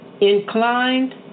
Inclined